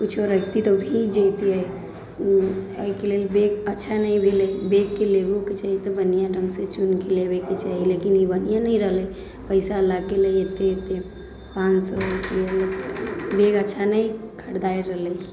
किछु रहतिए तऽ ओ भीजि जैतिए ओ एहिके लेल बैग अच्छा नहि भेलै बैगके लेबोके चाही तऽ बढ़िआँ ढङ्गसँ चुनिकऽ लेबाके चाही लेकिन ई बढ़िआँ नहि रहलै पैसा लागि गेलै एततऽ पाँच सओ रुपैआ बैग अच्छा नहि खरिदाएल रहलै